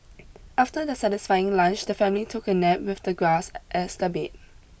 after their satisfying lunch the family took a nap with the grass as their bed